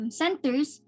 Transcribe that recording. centers